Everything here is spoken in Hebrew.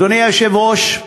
אדוני היושב-ראש,